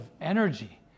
energy